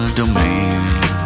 domain